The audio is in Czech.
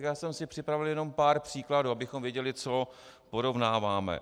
Já jsem si připravil jenom pár příkladů, abychom věděli, co porovnáváme.